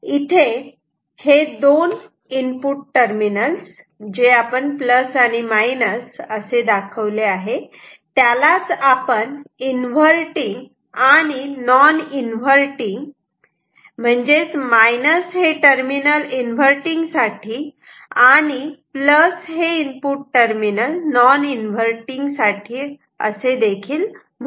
इथे हे दोन इनपुट टर्मिनल जे आपण प्लस व मायनस असे दाखवले आहे त्यालाच आपण इन्व्हर्टिंग आणि नॉन इन्व्हर्टिंग म्हणजेच मायनस हे टर्मिनल इन्व्हर्टिंग साठी आणि प्लस हे टर्मिनल नॉन इन्व्हर्टिंग साठी असेदेखील म्हणू शकतो